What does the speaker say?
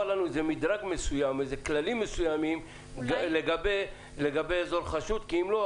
מדרג מסוים לגבי אזור חשוד כי אם לא,